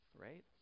right